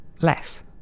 less